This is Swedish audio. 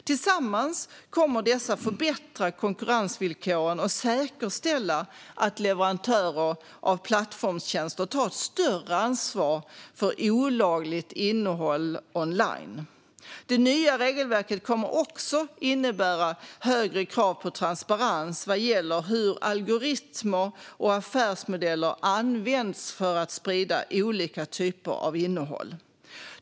Tillsammans kommer dessa att förbättra konkurrensvillkoren och säkerställa att leverantörerna av plattformstjänster tar ett större ansvar för olagligt innehåll online. Det nya regelverket kommer också att innebära högre krav på transparens vad gäller hur algoritmer och affärsmodeller används för att sprida olika typer av innehåll.